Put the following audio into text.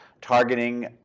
targeting